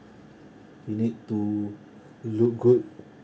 you need to look good